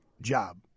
job